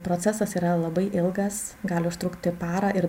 procesas yra labai ilgas gali užtrukti parą ir